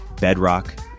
Bedrock